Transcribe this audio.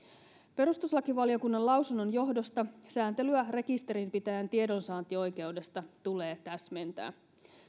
perustuslakivaliokunnan lausunnon johdosta sääntelyä rekisterinpitäjän tiedonsaantioikeudesta tulee täsmentää